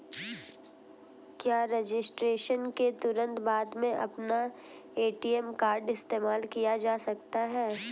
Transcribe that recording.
क्या रजिस्ट्रेशन के तुरंत बाद में अपना ए.टी.एम कार्ड इस्तेमाल किया जा सकता है?